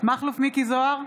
מכלוף מיקי זוהר,